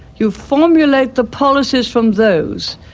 you formulate the policies from those,